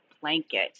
blanket